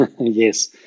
Yes